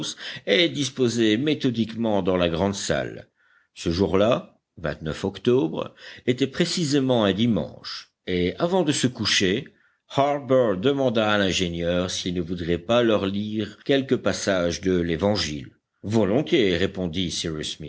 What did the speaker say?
et disposés méthodiquement dans la grande salle ce jour-là octobre était précisément un dimanche et avant de se coucher harbert demanda à l'ingénieur s'il ne voudrait pas leur lire quelque passage de l'évangile volontiers répondit